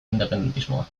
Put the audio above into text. independentismoa